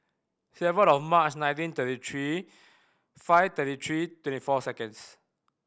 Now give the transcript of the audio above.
seven of March nineteen thirty three five thirty three twenty four seconds